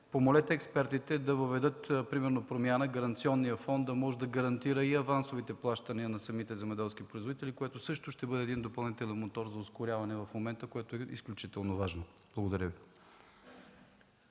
помолете експертите да въведат примерно промяна – Гаранционният фонд да може да гарантира и авансовите плащания на самите земеделски производители, което също ще бъде един допълнителен мотор за ускоряване в момента, а това е изключително важно. Благодаря Ви.